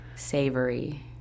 Savory